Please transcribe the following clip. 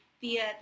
via